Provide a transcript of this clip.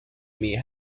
may